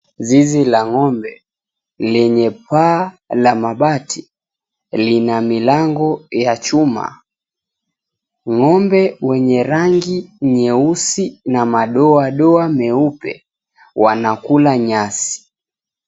Zizi la ng'ombe lenye paa la mabati lina milango ya chuma. Ng'ombe wenye rangi nyeusi na madoadoa meupe wanakula nyasi.